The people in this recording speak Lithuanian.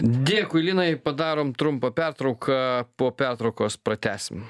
dėkui linai padarom trumpą pertrauką po pertraukos pratęsim